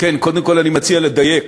כן, קודם כול אני מציע לדייק